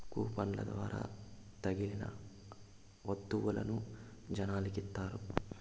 కూపన్ల ద్వారా తగిలిన వత్తువులను జనాలకి ఇత్తారు